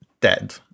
dead